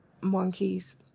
monkeys